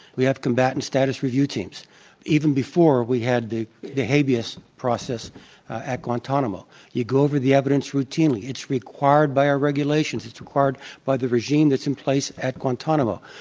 we have combatant status review teams even before we had the the habeas process at guantanamo. you go over the evidence routinely. it's required by our regulations. it's required by the regime that's in place at guantanamo.